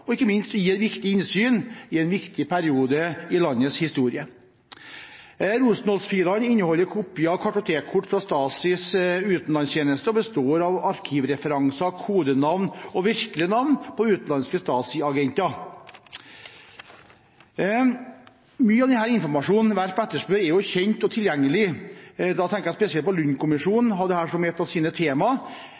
og som ikke minst kan gi et viktig innsyn i en viktig periode i landets historie. Rosenholz-filene inneholder kopier av kartotekkort fra Stasis utenlandstjeneste og består av arkivreferanser, kodenavn og virkelige navn på utenlandske Stasi-agenter. Mye av den informasjonen Werp etterspør, er kjent og tilgjengelig. Da tenker jeg spesielt på at Lund-kommisjonen hadde dette som et av sine tema,